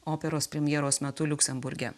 operos premjeros metu liuksemburge